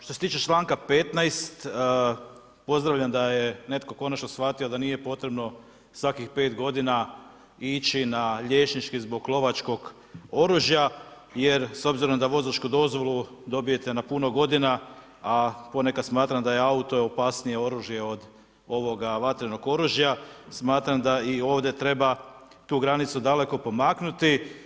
Što se tiče članka 15. pozdravljam da je netko konačno shvatio da nije potrebno svakih 5 godina ići na liječnički zbog lovačkog oružja jer s obzirom da vozačku dozvolu dobijete na puno godina, a ponekad smatram da auto je opasnije oružje od ovoga vatrenog oružja, smatram da i ovdje treba tu granicu daleko pomaknuti.